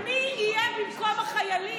אבל מי יהיה במקום החיילים?